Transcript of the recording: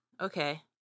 Okay